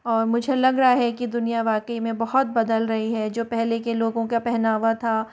और मुझे लग रहा है कि दुनिया वाकई में बहुत बदल रही है जो पहले के लोगों का पहनावा था